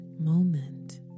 moment